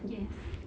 yes